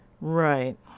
Right